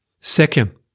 Second